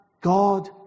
God